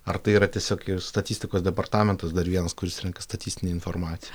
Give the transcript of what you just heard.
ar tai yra tiesiog ir statistikos departamentas dar vienas kuris renka statistinę informaciją